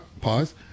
Pause